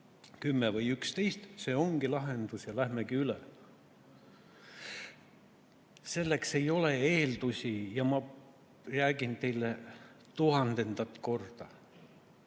10 või 11 –, siis see ongi lahendus ja lähmegi üle. Selleks ei ole eeldusi, ma räägin teile tuhandendat korda! No